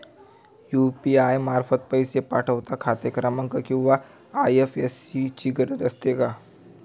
UPI मार्फत पैसे पाठवता खाते क्रमांक किंवा आय.एफ.एस.सी ची गरज असते का?